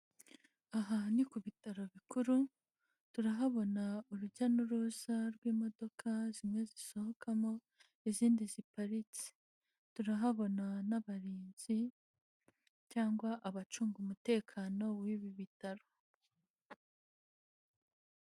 Aha ni ku bitaro bikuru turahabona urujya n'uruza rw'imodoka zimwe zisohokamo izindi ziparitse, turahabona n'abarinzi cyangwa abacunga umutekano w'ibi bitaro.